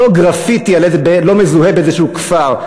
לא גרפיטי לא מזוהה באיזשהו כפר,